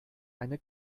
eine